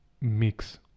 mix